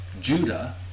Judah